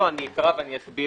עד סעיף 4 הכול אושר?